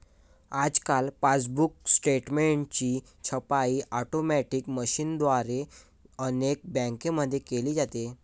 आजकाल पासबुक स्टेटमेंटची छपाई ऑटोमॅटिक मशीनद्वारे अनेक बँकांमध्ये केली जाते